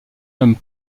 homme